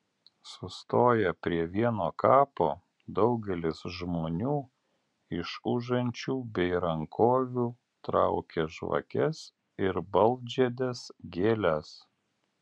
sustoję prie vieno kapo daugelis žmonių iš užančių bei rankovių traukia žvakes ir baltžiedes gėles